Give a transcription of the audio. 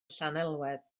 llanelwedd